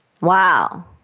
Wow